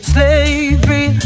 Slavery